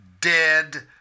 dead